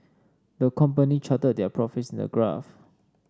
the company charted their profits in a graph